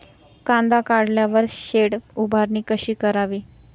कांदा काढल्यावर शेड उभारणी कशी करावी?